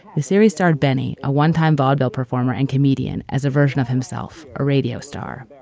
the series stared benny a onetime vaudeville performer and comedian as a version of himself, a radio star.